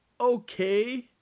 okay